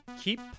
Keep